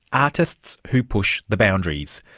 artists who push the boundaries.